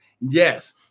Yes